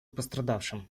пострадавшим